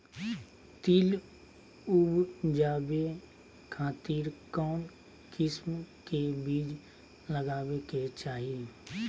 तिल उबजाबे खातिर कौन किस्म के बीज लगावे के चाही?